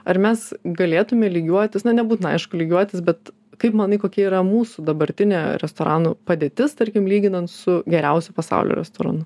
ar mes galėtume lygiuotis na nebūtina aišku lygiuotis bet kaip manai kokia yra mūsų dabartinė restoranų padėtis tarkim lyginant su geriausiu pasaulio restoranu